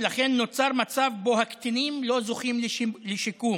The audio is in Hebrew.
ולכן נוצר מצב שבו הקטינים לא זוכים לשיקום.